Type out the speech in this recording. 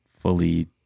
fully